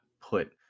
put